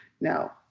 no